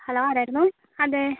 hello ആരായിരുന്നു അതെ